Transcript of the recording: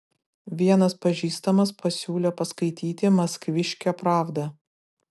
vienas pažįstamas pasiūlė paskaityti maskviškę pravdą